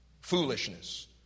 foolishness